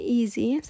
easy